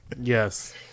Yes